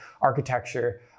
architecture